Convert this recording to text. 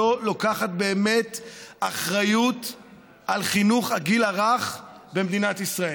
לא באמת לוקחת אחריות על חינוך הגיל הרך במדינת ישראל.